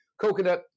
Coconut